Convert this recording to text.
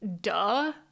duh